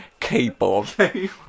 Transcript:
Keyboard